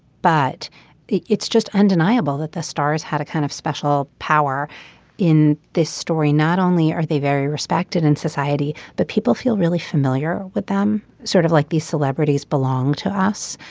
but it's just undeniable that the stars had a kind of special power in this story not only are they very respected in society but people feel really familiar with them sort of like these celebrities belong to us.